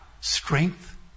strength